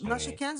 מה שכן,